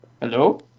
Hello